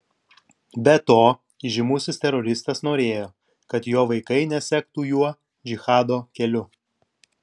be to įžymusis teroristas norėjo kad jo vaikai nesektų juo džihado keliu